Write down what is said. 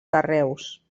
carreus